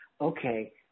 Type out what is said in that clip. Okay